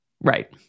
Right